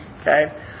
Okay